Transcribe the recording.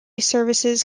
services